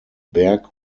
berg